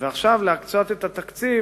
ועכשיו להקצות את התקציב